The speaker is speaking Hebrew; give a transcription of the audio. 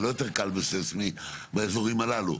זה לא יותר קל בססמי באזורים הללו.